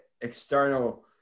external